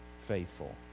faithful